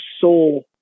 soul